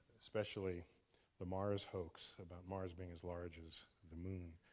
especially the mars hoax about mars being as large as the moon.